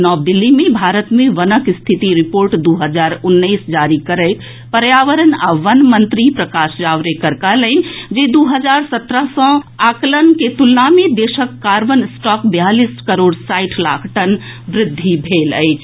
नव दिल्ली मे भारत मे वनक स्थिति रिपोर्ट दू हजार उन्नैस जारी करैत पर्यावरण आ वन मंत्री प्रकाश जावड़ेकर कहलनि जे दू हजार सत्रह सँ आकलन के तुलना मे देशक कार्बन स्टॉक बियालीस करोड़ साठि लाख टन बढ़ि गेल अछि